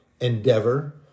endeavor